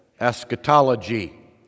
eschatology